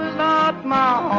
not my